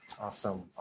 Awesome